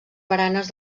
baranes